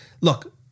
Look